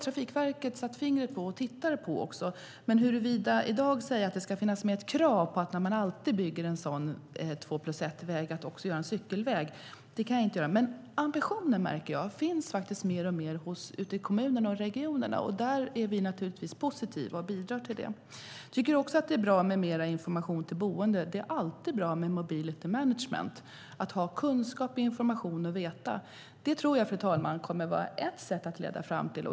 Trafikverket tittar på detta, men jag kan inte i dag säga att det ska vara ett krav att man alltid ska göra en cykelväg när man bygger en två-plus-ett-väg. Ambitionen finns mer och mer i kommunerna. Vi är naturligtvis positiva till det. Jag tycker också att det är bra med mer information till de boende. Det är alltid bra med mobility management. Kunskap och information tror jag kan vara en väg.